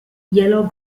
yellow